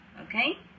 okay